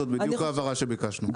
זאת בדיוק ההבהרה שביקשנו.